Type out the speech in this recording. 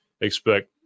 expect